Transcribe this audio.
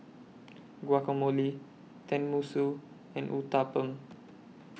Guacamole Tenmusu and Uthapam